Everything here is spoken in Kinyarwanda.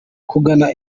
kugana